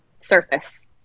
surface